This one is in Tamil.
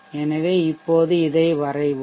எனவே இப்போது இதை வரைவோம்